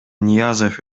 ниязов